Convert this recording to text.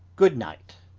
good night,